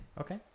Okay